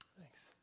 Thanks